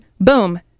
boom